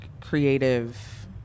creative